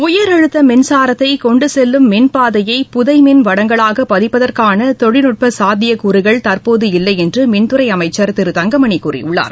உயர் அழுத்த மின்சாரத்தை கொண்டு செல்லும் மின்பாதையை புதைமின் வடங்களாக பதிப்பதற்கான தொழில்நுட்ப சாத்தியக்கூறுகள் தற்போது இல்லை என்று மின்துறை அமைச்சர் திரு தங்கமணி கூறியுள்ளார்